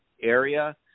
area